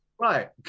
Right